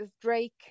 Drake